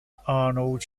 arnold